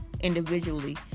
individually